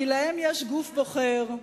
כי להם יש גוף בוחר,